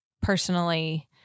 personally